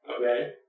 okay